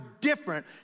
different